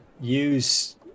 use